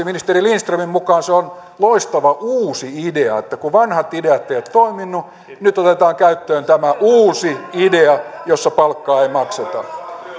ministeri lindströmin mukaan se on loistava uusi idea että kun vanhat ideat eivät ole toimineet niin nyt otetaan käyttöön tämä uusi idea jossa palkkaa ei makseta